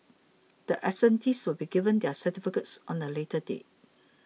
the absentees will be given their certificates on a later date